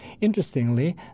Interestingly